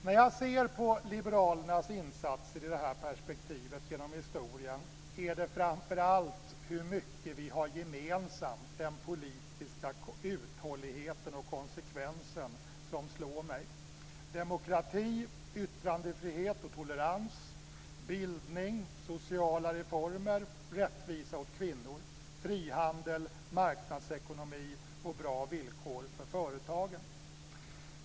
När jag ser på liberalernas insatser i det här perspektivet genom historien är det framför allt hur mycket vi har gemensamt, den politiska uthålligheten och konsekvensen, som slår mig - demokrati, yttrandefrihet och tolerans, bildning, sociala reformer, rättvisa åt kvinnor, frihandel, marknadsekonomi och bra villkor för företagen.